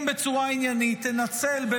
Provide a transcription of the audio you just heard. אם בצורה עניינית תנצל את